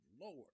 lord